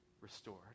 restored